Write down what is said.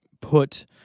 put